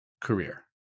career